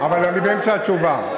אבל אני באמצע התשובה.